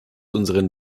unseren